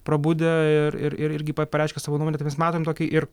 prabudę ir ir ir irgi pa pareiškė savo nuomonę tai mes matom tokį ir